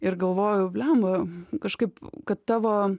ir galvoju bliamba kažkaip kad tavo